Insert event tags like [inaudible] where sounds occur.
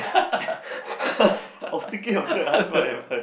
[noise] I was thinking of that high five high five